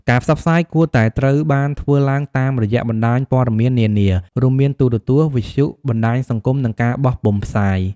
ការផ្សព្វផ្សាយគួរតែត្រូវបានធ្វើឡើងតាមរយៈបណ្តាញព័ត៌មាននានា រួមមានទូរទស្សន៍ វិទ្យុ បណ្តាញសង្គម និងការបោះពុម្ពផ្សាយ។